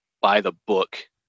by-the-book